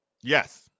Yes